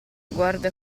guarda